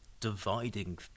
dividing